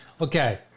Okay